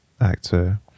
actor